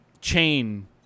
chain